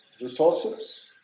resources